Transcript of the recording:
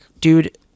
dude